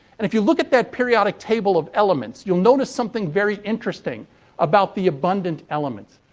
and if you look at that periodic table of elements, you'll notice something very interesting about the abundant elements.